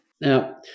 Now